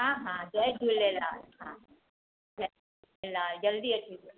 हा हा जय झूलेलाल हा जय झूलेलाल जल्दी अचिजो